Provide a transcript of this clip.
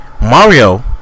Mario